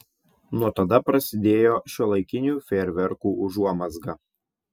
nuo tada prasidėjo šiuolaikinių fejerverkų užuomazga